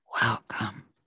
welcome